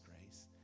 grace